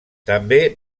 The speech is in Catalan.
també